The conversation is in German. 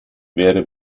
wäre